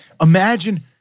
Imagine